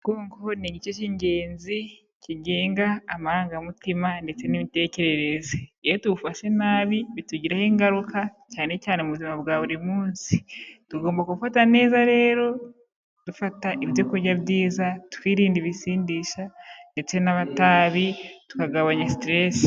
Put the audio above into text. Umugongo ni igice cy'ingenzi kigenga amarangamutima ndetse n'imitekerereze. Iyo tuwufashe nabi bitugiraho ingaruka cyane cyane mu buzima bwa buri munsi, tugomba kuwufata neza rero, dufata ibyo kurya byiza, twirinde ibisindisha ndetse n'amatabi tukagabanya stress.